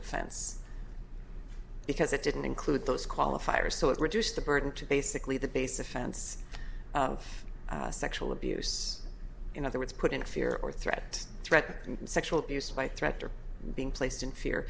offense because it didn't include those qualifiers so it reduced the burden to basically the base offense of sexual abuse in other words put in fear or threat threatened sexual abuse by threat or being placed in fear